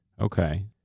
Okay